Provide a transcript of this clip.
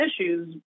issues